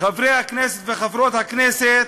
חברי הכנסת וחברות הכנסת,